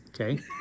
Okay